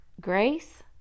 grace